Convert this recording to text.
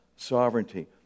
sovereignty